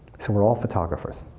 so we're all photographers.